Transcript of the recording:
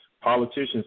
Politicians